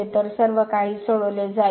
तर सर्वकाही सोडवले जाईल